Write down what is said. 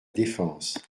défense